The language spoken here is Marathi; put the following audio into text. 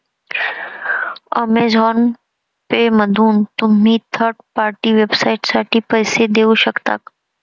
अमेझॉन पेमधून तुम्ही थर्ड पार्टी वेबसाइटसाठी पैसे देऊ शकता